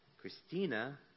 Christina